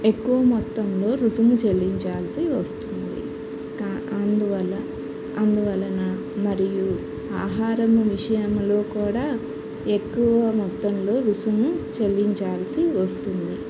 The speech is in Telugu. ఎక్కువ మొత్తంలో రుసుము చెల్లించాల్సి వస్తుంది కా అందువల్ల అందువలన మరియు ఆహారము విషయంలో కూడా ఎక్కువ మొత్తంలో రుసుము చెల్లించాల్సి వస్తుంది